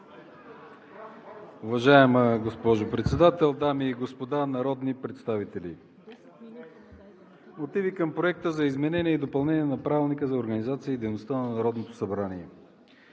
Уважаема госпожо Председател, дами и господа народни представители! Мотиви към Проекта за изменение и допълнение на Правилника за организацията и дейността на Народното събрание.